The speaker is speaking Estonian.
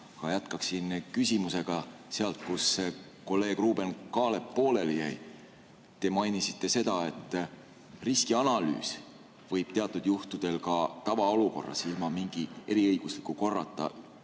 Ma jätkaksin küsimusega sealt, kus kolleeg Ruuben Kaalepil pooleli jäi. Te mainisite seda, et riskianalüüs võib teatud juhtudel ka tavaolukorras ilma mingi eriõigusliku korrata